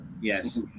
Yes